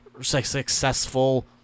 successful